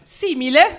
simile